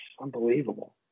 unbelievable